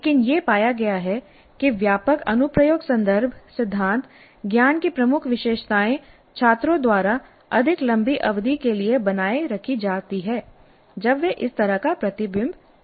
लेकिन यह पाया गया है कि व्यापक अनुप्रयोग संदर्भ सिद्धांत ज्ञान की प्रमुख विशेषताएं छात्रों द्वारा अधिक लंबी अवधि के लिए बनाए रखी जाती हैं जब वे इस तरह का प्रतिबिंब करते हैं